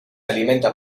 alimenta